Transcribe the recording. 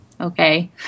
Okay